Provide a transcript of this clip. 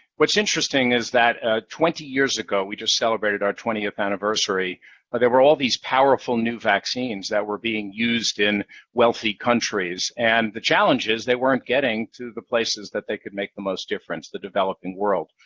what's interesting is that twenty years ago we just celebrated our twentieth anniversary there were all these powerful new vaccines that were being used in wealthy countries, and the challenge is, they weren't getting to the places that they could make the most difference the developing world.